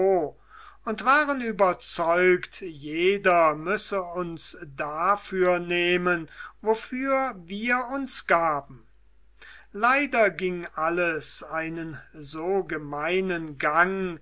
und waren überzeugt jeder müsse uns dafür nehmen wofür wir uns gaben leider ging alles einen so gemeinen gang